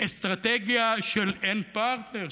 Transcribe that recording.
אסטרטגיה של "אין פרטנר",